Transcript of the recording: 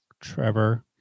Trevor